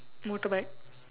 motorbike